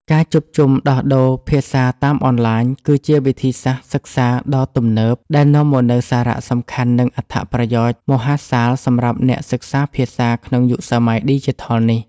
ការជួបជុំដោះដូរភាសាតាមអនឡាញ គឺជាវិធីសាស្ត្រសិក្សាដ៏ទំនើបដែលនាំមកនូវសារៈសំខាន់ និងអត្ថប្រយោជន៍មហាសាលសម្រាប់អ្នកសិក្សាភាសាក្នុងយុគសម័យឌីជីថលនេះ។